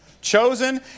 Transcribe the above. chosen